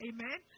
Amen